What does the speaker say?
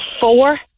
four